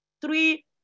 three